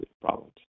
problems